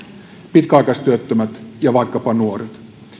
pitkäaikaistyöttömät ja vaikkapa nuoret